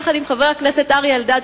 יחד עם חבר הכנסת אריה אלדד,